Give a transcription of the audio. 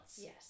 Yes